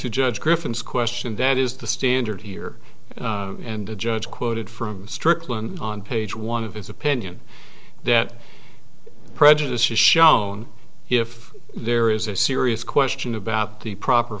to judge griffin's question that is the standard here and the judge quoted from strickland on page one of his opinion that prejudice is shown if there is a serious question about the proper